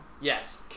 yes